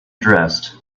dressed